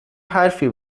حرفی